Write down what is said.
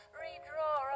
redraw